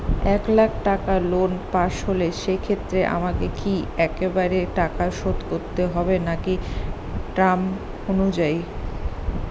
এক লাখ টাকা loan pass হল সেক্ষেত্রে আমাকে কি একবারে টাকা শোধ করতে হবে নাকি টার্ম অনুযায়ী?